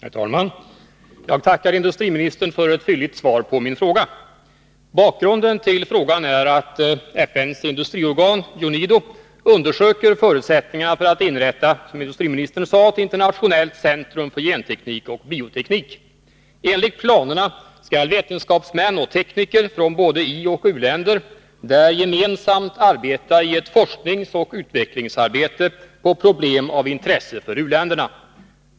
Herr talman! Jag tackar industriministern för ett hyggligt svar på min fråga. Bakgrunden till frågan är att FN:s industriorgan UNIDO undersöker, som industriministern sade, förutsättningarna för att inrätta ett internationellt centrum för genteknik och bioteknik. Enligt planerna skall vetenskapsmän och tekniker från ioch u-länder där gemensamt ägna sig åt forskningsoch utvecklingsarbete rörande problem av intresse för u-länderna.